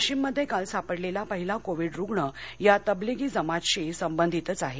वाशिममध्ये काल सापडलेला पहिला कोविड रुग्ण या तबलिगी जमातशी संबंधितच आहे